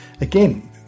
Again